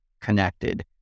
connected